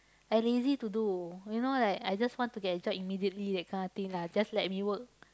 I lazy to do you know like I just want to get a job immediately that kind of thing lah just let me work